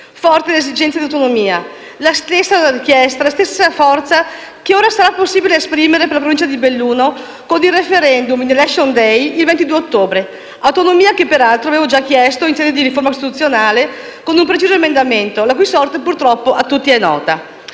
Forte l'esigenza di autonomia, la stessa richiesta che ora sarà possibile esprimere per la Provincia di Belluno con il *referendum* nell'*election day* del 22 ottobre, autonomia che peraltro già avevo chiesto in sede di riforma costituzionale con un preciso emendamento, la cui sorte purtroppo a tutti è nota.